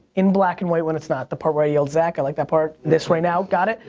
in black and white when it's not. the part where i yelled zak, i like that part. this right now, got it?